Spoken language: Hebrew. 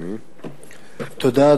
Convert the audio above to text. תודה.